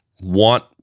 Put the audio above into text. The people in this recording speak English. want